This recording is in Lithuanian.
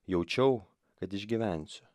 jaučiau kad išgyvensiu